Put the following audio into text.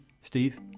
Steve